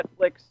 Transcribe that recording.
Netflix